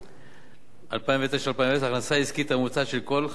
2009 2010 ההכנסה העסקית הממוצעת של כל החברות שהן